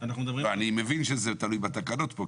אני מבין שזה תלוי בתקנות פה,